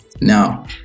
now